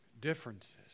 differences